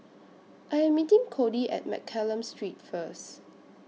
I Am meeting Codi At Mccallum Street First